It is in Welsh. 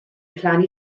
plannu